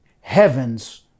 heaven's